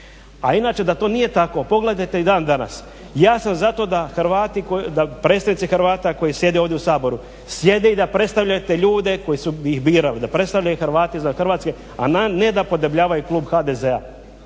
A inače da to nije tako pogledajte i dan danas. Ja sam zato da predstavnici Hrvata koji sjede ovdje u Saboru sjede i da predstavljaju te ljude koji su ih birali, da predstavljaju Hrvate izvan Hrvatske a ne da podebljavaju Klub HDZ-a.